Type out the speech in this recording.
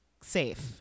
safe